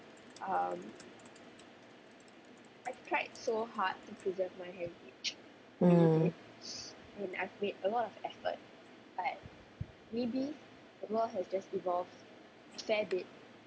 mm